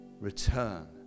return